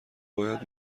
باید